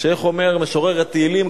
שאיך אומר משורר התהילים?